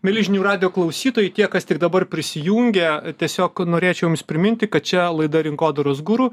mieli žinių radijo klausytojai tie kas tik dabar prisijungę tiesiog norėčiau jums priminti kad čia laida rinkodaros guru